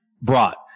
brought